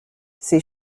ses